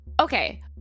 Okay